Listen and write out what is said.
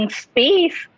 space